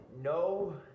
No